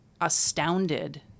astounded